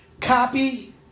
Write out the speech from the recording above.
copy